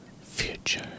Future